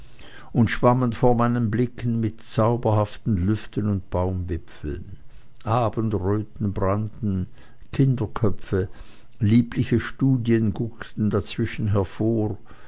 und schwammen vor meinen blicken mit zauberhaften lüften und baumwipfeln abendröten brannten kinderköpfe liebliche studien guckten dazwischen hervor